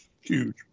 huge